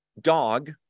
Dog